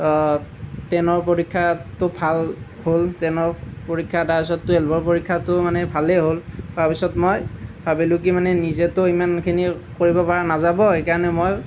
টেনৰ পৰীক্ষাটো ভাল হ'ল টেনৰ পৰীক্ষা তাৰপিছত টুৱেলভৰ পৰীক্ষাটো মানে ভালেই হ'ল তাৰপিছত মই ভাবিলোঁ কি মানে নিজেতো ইমানখিনি কৰিব পৰা নাযাব সেইকাৰণে মই